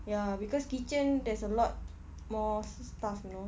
ya because kitchen there's a lot more stuff you know